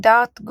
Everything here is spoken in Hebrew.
Dart,